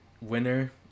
winner